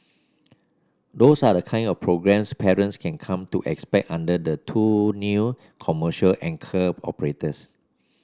those are the kind of programmes parents can come to expect under the two new commercial anchor operators